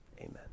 Amen